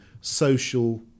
social